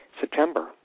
September